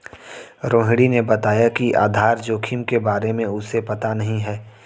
रोहिणी ने बताया कि आधार जोखिम के बारे में उसे पता नहीं है